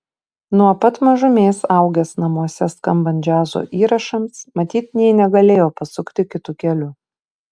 nuo pat mažumės augęs namuose skambant džiazo įrašams matyt nė negalėjo pasukti kitu keliu